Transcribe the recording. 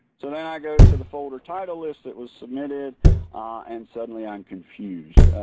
so now i go to the folder title list that was submitted and suddenly i'm confused